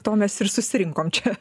to mes ir susirinkom čia